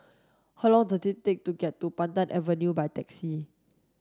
how long does it take to get to Pandan Avenue by taxi